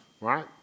Right